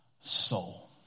soul